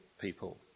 people